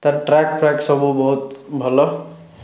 ତାର ଟ୍ରାକ୍ଫ୍ରାକ୍ ସବୁ ବହୁତ ଭଲ